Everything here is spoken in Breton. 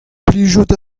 plijout